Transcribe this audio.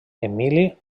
emili